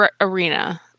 arena